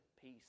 peace